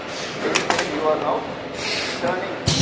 at the same time you are now returning